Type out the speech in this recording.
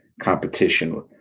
competition